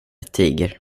tiger